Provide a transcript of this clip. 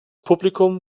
publikum